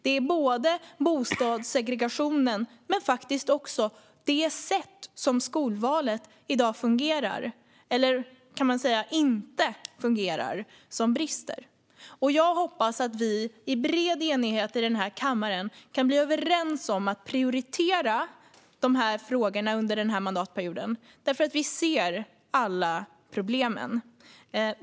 Det beror på bostadssegregationen, men det är faktiskt också det sätt på vilket skolvalet i dag fungerar - eller, kan man säga, inte fungerar - som brister. Jag hoppas att vi i bred enighet här i kammaren kan komma överens om att prioritera de här frågorna under denna mandatperiod. Vi ser ju alla problemen.